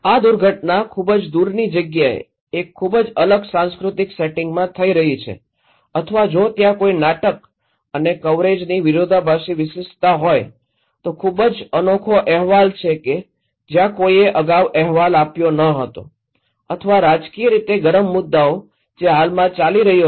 આ દુર્ઘટના ખૂબ જ દૂરની જગ્યાએ એક ખૂબ જ અલગ સાંસ્કૃતિક સેટિંગ્સમાં થઈ રહી છે અથવા જો ત્યાં કોઈ નાટક અને કવરેજની વિરોધાભાસી વિશિષ્ટતા હોય તો ખૂબ જ અનોખો અહેવાલ છે કે જ્યાં કોઈએ અગાઉ અહેવાલ આપ્યો ન હતો અથવા રાજકીય રીતે ગરમ મુદ્દાઓ જે હાલમાં ચાલી રહ્યો છે